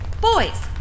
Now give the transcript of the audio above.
Boys